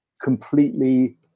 completely